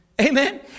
Amen